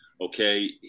Okay